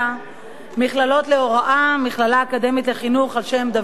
מכללות להוראה: המכללה האקדמית לחינוך על-שם דוד ילין,